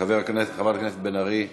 חברת הכנסת בן ארי,